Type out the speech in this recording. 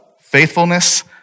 faithfulness